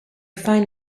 fine